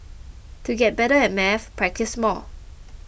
to get better at maths practise more